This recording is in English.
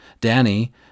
Danny